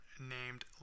named